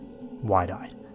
wide-eyed